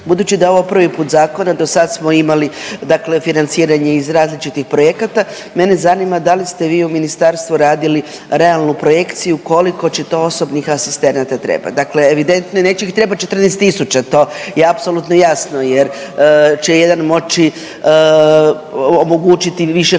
Budući da je ovo prvi put zakona do sad smo imali financiranje iz različitih projekata, mene zanima da li ste vi u ministarstvu radili realnu projekciju koliko će to osobnih asistenata trebat? Dakle, evidentno neće ih trebat 14.000 to je apsolutno jasno jer će jedan moći omogućiti više korisnika,